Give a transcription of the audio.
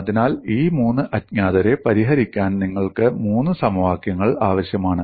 അതിനാൽ ഈ മൂന്ന് അജ്ഞാതരെ പരിഹരിക്കാൻ നിങ്ങൾക്ക് മൂന്ന് സമവാക്യങ്ങൾ ആവശ്യമാണ്